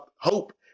hope